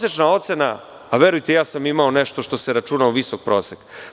Verujte, ja sam imao nešto što se računa u visok prosek.